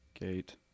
Gate